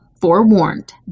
forewarned